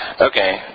Okay